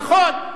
נכון,